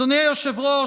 אדוני היושב-ראש,